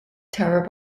terry